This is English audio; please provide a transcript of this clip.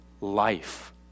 life